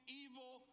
evil